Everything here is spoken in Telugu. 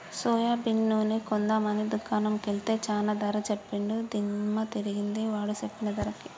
సోయాబీన్ నూనె కొందాం అని దుకాణం కెల్తే చానా ధర సెప్పాడు దిమ్మ దిరిగింది వాడు సెప్పిన ధరకి